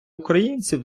українців